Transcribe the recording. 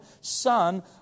son